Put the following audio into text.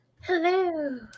Hello